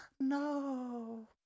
No